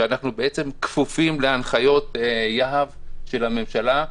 ואנחנו בעצם כפופים להנחיות יה"ב של הממשלה,